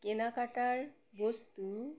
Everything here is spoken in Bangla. কেনাকাটার বস্তু